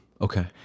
okay